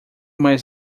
mais